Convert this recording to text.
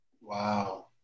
Wow